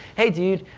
hey dude,